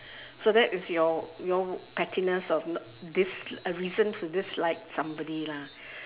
so that is your your pettiness of n~ dis~ a reason to dislike somebody lah